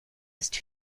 ist